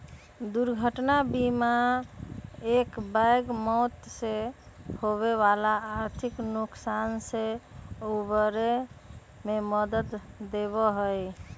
दुर्घटना बीमा एकबैग मौत से होवे वाला आर्थिक नुकसान से उबरे में मदद देवा हई